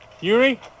Yuri